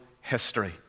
history